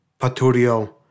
paturio